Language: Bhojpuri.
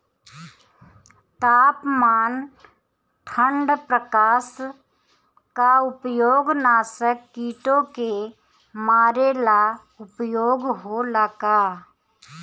तापमान ठण्ड प्रकास का उपयोग नाशक कीटो के मारे ला उपयोग होला का?